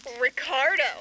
Ricardo